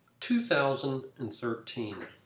2013